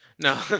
No